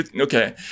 Okay